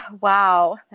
Wow